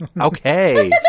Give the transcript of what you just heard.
Okay